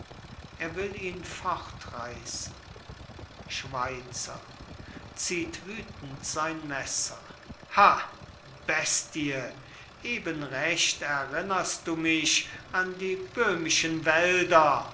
er will ihn fortreissen schweizer zieht wüthend sein messer ha bestie eben recht erinnerst du mich an die böhmischen wälder